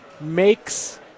makes